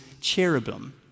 cherubim